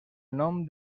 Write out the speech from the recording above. nom